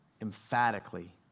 emphatically